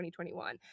2021